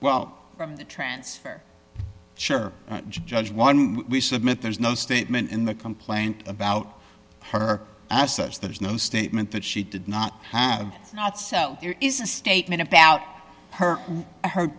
well from the transfer chair judge one we submit there's no statement in the complaint about her assets there's no statement that she did not have not so there is a statement about her or her